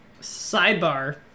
Sidebar